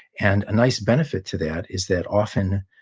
and a nice benefit to that is that often,